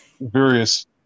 various